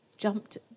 jumped